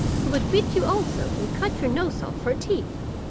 he would beat you also, and cut your nose off for a thief